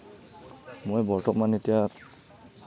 মই বৰ্তমান এতিয়া